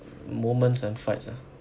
moments and fights ah